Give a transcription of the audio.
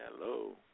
Hello